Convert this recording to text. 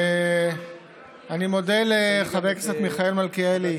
אני מודה לחבר הכנסת מיכאל מלכיאלי